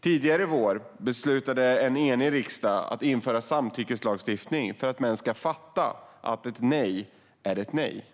Tidigare i vår beslutade en enig riksdag att införa samtyckeslagstiftning för att män ska fatta att ett nej är ett nej.